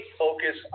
focus